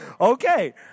okay